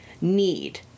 need